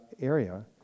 area